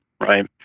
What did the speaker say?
right